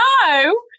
No